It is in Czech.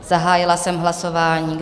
Zahájila jsem hlasování.